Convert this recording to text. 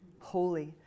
holy